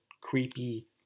creepy